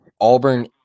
Auburn